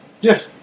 Yes